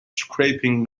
scraping